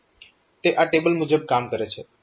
તે આ ટેબલ મુજબ કામ કરે છે